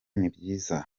nibyiza